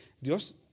Dios